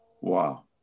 Wow